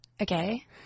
Okay